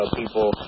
people